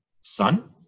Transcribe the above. son